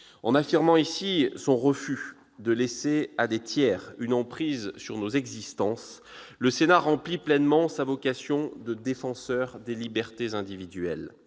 En affirmant son refus de laisser à des tiers une emprise sur nos existences, le Sénat remplit pleinement sa vocation de défenseur des libertés individuelles.